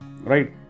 right